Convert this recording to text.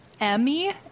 Emmy